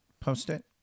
post-it